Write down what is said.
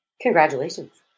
Congratulations